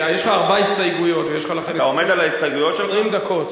ארבע הסתייגויות, ולכן יש לך 20 דקות.